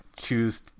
choose